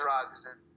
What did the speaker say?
drugs